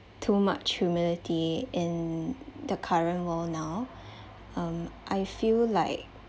too much humility in the current world now um I feel like